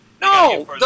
No